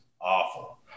awful